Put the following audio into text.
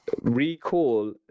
recall